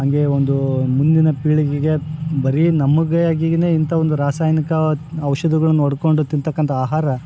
ಹಂಗೇ ಒಂದು ಮುಂದಿನ ಪೀಳಿಗೆಗೆ ಬರಿ ನಮಗಾಗೀನೇ ಇಂಥ ಒಂದು ರಾಸಯನಿಕ ಔಷಧಗಳನ್ ಹೊಡ್ಕೊಂಡು ತಿನ್ತಕ್ಕಂಥ ಆಹಾರ